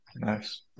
Nice